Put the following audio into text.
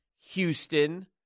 Houston